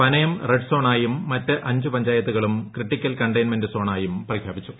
പനയം റെഡ്സോണായും മറ്റ് അഞ്ച് പഞ്ചായത്തുകളും ക്രിട്ടിക്കൽ കണ്ടെയിൻമെന്റ് സോണായും പ്രഖ്യാപിച്ചു